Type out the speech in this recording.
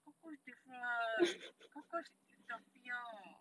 cockroach different cockroach is the fear